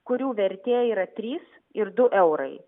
kurių vertė yra trys ir du eurai